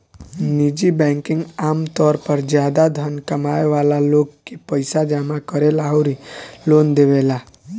निजी बैंकिंग आमतौर पर ज्यादा धन कमाए वाला लोग के पईसा जामा करेला अउरी लोन देवेला